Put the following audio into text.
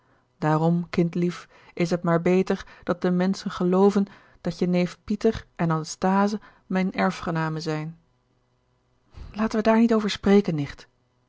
daarom kind lief is het maar beter dat de menschen gelooven dat je neef pieter en anasthase mijn erfgenamen zijn laten we daar niet over spreken nicht